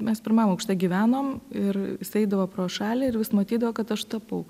mes pirmam aukšte gyvenom ir jis eidavo pro šalį ir vis matydavo kad aš tapau